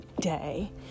day